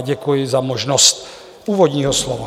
Děkuji za možnost úvodního slova.